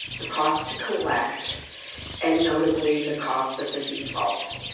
the cost to collect and, notably, the cost of the defaults.